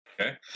Okay